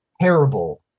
terrible